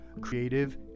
creative